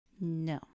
No